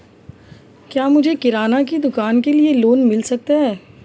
क्या मुझे किराना की दुकान के लिए लोंन मिल सकता है?